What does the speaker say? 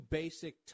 basic